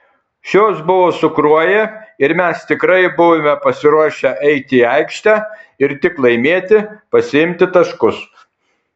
šios buvo su kruoja ir mes tikrai buvome pasiruošę eiti į aikštę ir tik laimėti pasiimti taškus